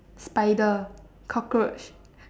spider cockroach